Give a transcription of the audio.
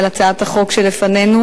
על הצעת החוק שלפנינו,